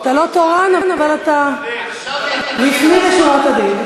אתה לא תורן, אבל אתה לפנים משורת הדין.